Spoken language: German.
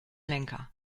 lenker